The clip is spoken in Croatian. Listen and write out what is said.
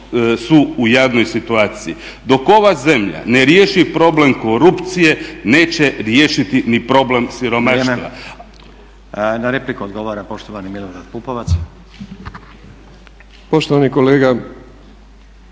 su u jadnoj situaciji. Dok ova zemlja ne riješi problem korupcije neće riješiti ni problem siromaštva. **Stazić, Nenad (SDP)** Vrijeme. Na repliku odgovara poštovani Milorad Pupovac. **Pupovac, Milorad